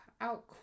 out